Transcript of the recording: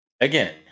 Again